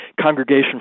Congregation